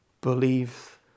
believe